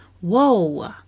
Whoa